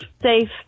safe